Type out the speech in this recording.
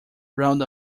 round